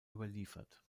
überliefert